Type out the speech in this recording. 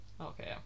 Okay